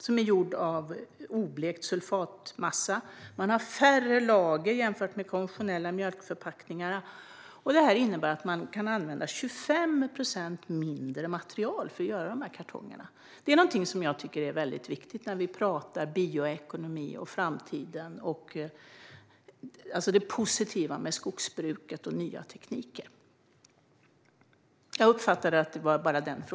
Den är gjord av oblekt sulfatmassa. Där finns färre lager jämfört med konventionella mjölkförpackningar, och det innebär att man kan använda 25 procent mindre material i kartongerna. Det är viktigt när vi talar om bioekonomi och framtiden. Det handlar om det positiva med skogsbruket och nya tekniker.